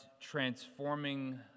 transforming